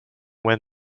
when